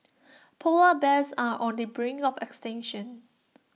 Polar Bears are on the brink of extinction